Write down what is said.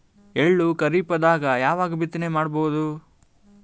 ಎಳ್ಳು ಖರೀಪದಾಗ ಯಾವಗ ಬಿತ್ತನೆ ಮಾಡಬಹುದು?